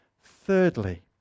Thirdly